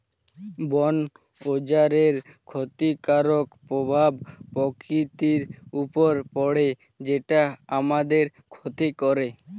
বন উজাড়ের ক্ষতিকারক প্রভাব প্রকৃতির উপর পড়ে যেটা আমাদের ক্ষতি করে